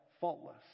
faultless